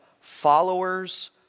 followers